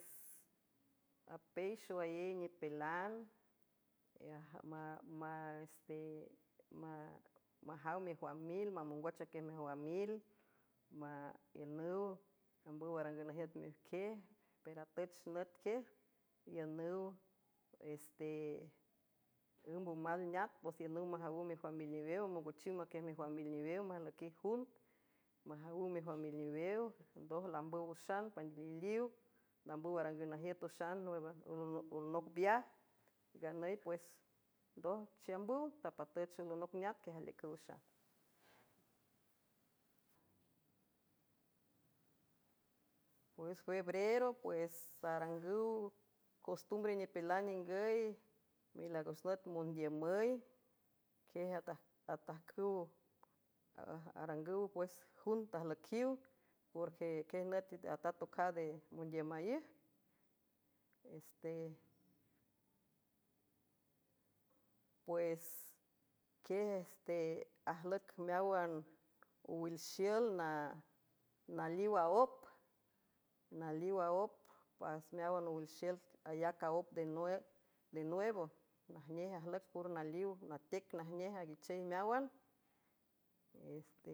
Apey xoayéy nipilan semajaw mijuan mil mamongwoch aquiej mejwan mil iünüw ambüw arangüw najiüt iqiej pelatüch nüt quiej iünüw ste ǘmbaw mal neat pues iünüw majawüw mejuam mil newew mongochiw maquiej mijwan mil niwew majlüquiw jund majawüw mijwam milniwew ndoj lambüw üxan panaliliw lambüw arangüw najiüt üxan olnoc biaj nganüy pues ndoj chiambüw tapatüch alonoc neat quiaj aliücüwxapues febrero pues arangüw costumbre nipilan ningüy milagos nüt mondiümüy quiej atajcüarangüw pues jun ajlüiqiw porque quiej nüti atat ocade mondiümaíj puesquieste ajlüic meáwan owilxiül naliw aóp naliw aóp pas meáwan owil xiül ayac a óp de nuevo najnej ajlüic por naliw natec najnej anguichey meáwans.